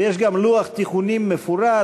ויש גם לוח תיקונים מפורט.